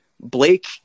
Blake